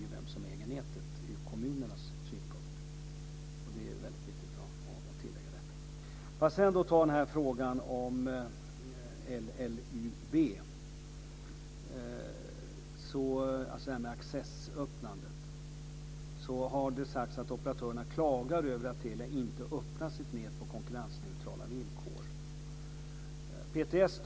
Det är viktigt att tillägga. Sedan kommer jag till frågan om LLUB, dvs. accessöppnandet. Det har sagts att operatörerna klagar över att Telia inte öppnar sitt nät på konkurrensneutrala villkor.